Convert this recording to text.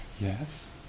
Yes